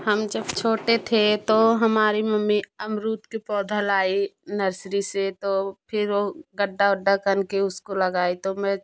हम जब छोटे थे तो हमारी मम्मी अमरुद के पौधा लाई नर्सरी से तो फिर वो गड्ढा वड्ढा कन के उसको लगाई तो मैं